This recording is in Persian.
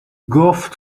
گفت